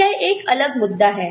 तो यह एक अलग मुद्दा है